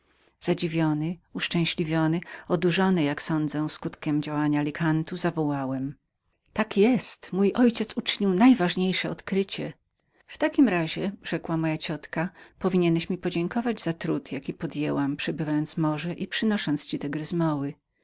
zadziwiony uszczęśliwiony odurzony nawet za każdym rzutem oka wołałem tak jest mój ojciec uczynił najważniejsze odkrycie w takim razie rzekła moja ciotka powinieneś mi podziękować za trud jaki podjęłam przebywając morze i przynosząc